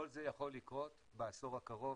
כל זה יכול לקרות בעשור הקרוב.